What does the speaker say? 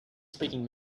speaking